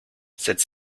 cette